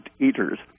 eaters